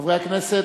חברי הכנסת,